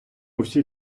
всі